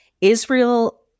Israel